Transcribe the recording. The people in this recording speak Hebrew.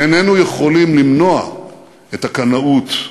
איננו יכולים למנוע את הקנאות,